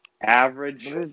Average